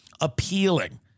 appealing